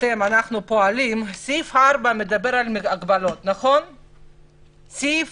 סעיף 4 מדבר על הגבלות, וסעיף